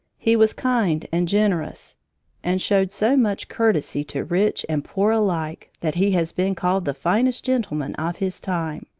he was kind and generous and showed so much courtesy to rich and poor alike that he has been called the finest gentleman of his time.